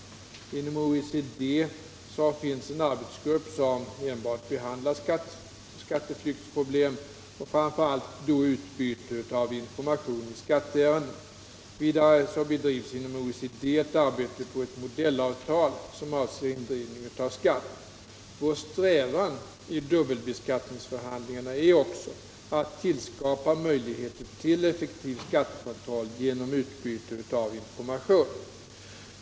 Inom OECD finns en arbetsgrupp som enbart behandlar skatteflyktsproblem och framför allt då utbyte av information i skatteärenden. Vidare bedrivs inom OECD ett arbete på ett modellavtal som avser indrivning av skatt. Vår strävan i dubbelbeskattningsförhandlingar är också att tillskapa möjligheter till effektiv skattekontroll genom utbyte av information.